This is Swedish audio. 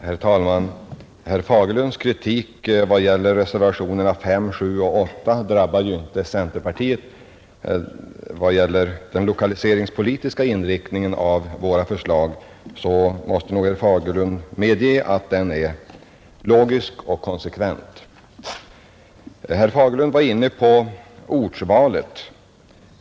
Herr talman! Herr Fagerlunds kritik av reservationerna 5, 7 och 8 drabbar ju inte centerpartiet. Vad gäller den lokaliseringspolitiska inriktningen av våra förslag måste väl herr Fagerlund medge att den är logisk och konsekvent. Herr Fagerlund var också inne på ortvalet.